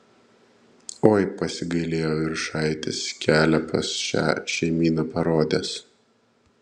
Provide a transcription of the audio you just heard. oi pasigailėjo viršaitis kelią pas šią šeimyną parodęs